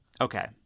Okay